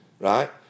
right